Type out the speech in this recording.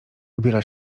ubiera